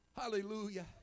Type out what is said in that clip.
Hallelujah